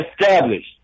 established